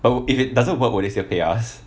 I would if it doesn't work would they still pay us